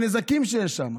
הנזקים שיש שם,